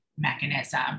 mechanism